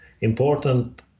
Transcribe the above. important